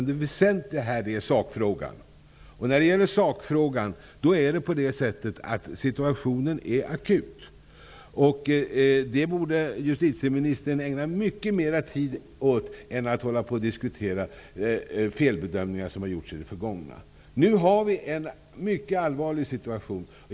Det väsentliga här är i stället sakfrågan. I sakfrågan är det så att situationen är akut. Det borde justitieministern ägna mycket mera tid åt i stället för att hålla på och diskutera felbedömningar som gjorts i det förgångna. Nu har vi en mycket allvarlig situation.